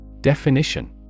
Definition